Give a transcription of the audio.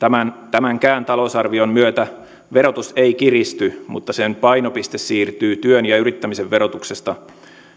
tämänkään talousarvion myötä verotus ei kiristy mutta sen painopiste siirtyy työn ja yrittämisen verotuksesta